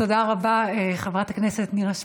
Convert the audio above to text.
תודה רבה, חברת הכנסת נירה שפק.